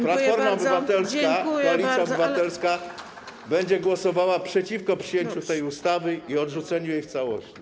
Platforma Obywatelska, Koalicja Obywatelska będzie głosowała przeciwko przyjęciu tej ustawy, za odrzuceniem jej w całości.